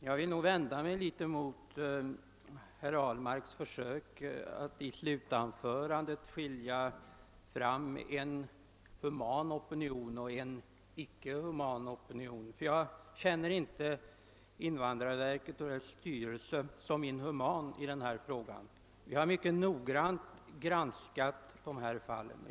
Herr talman! Jag vill vända mig mot herr Ahlmarks försök i sitt senaste anförande att skilja mellan en human och en icke human opinion i denna fråga. Jag finner inte att invandrarverket och dess styrelse uppträtt inhumant i denna fråga. Vi har mycket noggrant granskat dessa fall.